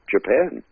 Japan